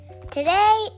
Today